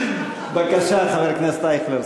בבקשה, חבר הכנסת אייכלר.